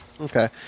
Okay